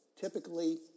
typically